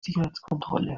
sicherheitskontrolle